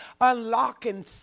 unlocking